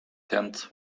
tent